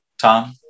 Tom